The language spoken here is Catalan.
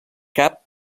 cap